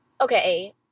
okay